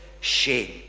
shame